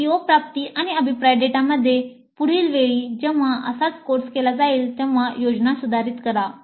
CO प्राप्ति आणि अभिप्राय डेटामध्ये पुढील वेळी जेव्हा असाच कोर्स केला जाईल तेव्हा योजना सुधारित करा